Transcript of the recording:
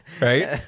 right